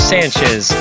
Sanchez